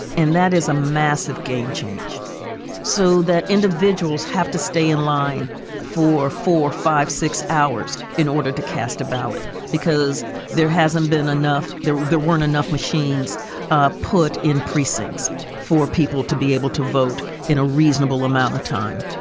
that is a massive game change so that individuals have to stay in line for four, five, six hours in order to cast a ballot, because there hasn't been enough there. there weren't enough machines ah put in precincts for people to be able to vote in a reasonable amount of time,